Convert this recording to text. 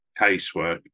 casework